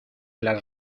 las